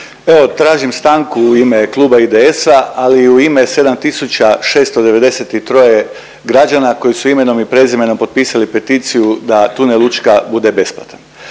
Evo tražim stanku u ime Kluba IDS-a, ali i u ime 7.693 građana koji su imenom i prezimenom potpisali peticiju da tunel Učka bude besplatan.